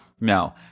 No